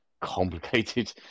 complicated